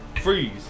Freeze